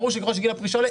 ברור שככל שגיל הפרישה עולה,